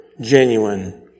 genuine